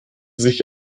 sich